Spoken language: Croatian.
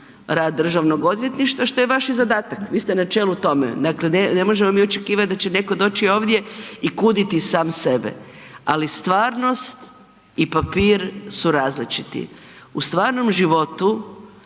rad Državnog odvjetništva što je i vaš zadatak, vi ste na čelu tome. Dakle ne možemo mi očekivat da će netko doći ovdje i kuditi sam, ali stvarnost i papir su različiti. U stvarnom životu